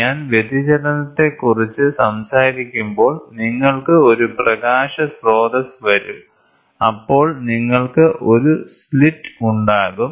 ഞാൻ വ്യതിചലനത്തെക്കുറിച്ച് സംസാരിക്കുമ്പോൾ നിങ്ങൾക്ക് ഒരു പ്രകാശ സ്രോതസ്സ് വരും അപ്പോൾ നിങ്ങൾക്ക് ഒരു സ്ലിറ്റ് ഉണ്ടാകും